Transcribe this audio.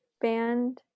band